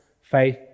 faith